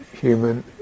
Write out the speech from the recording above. human